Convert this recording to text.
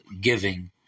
giving